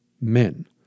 men